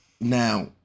now